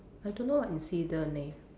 I don't know what incident leh